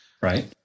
Right